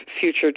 future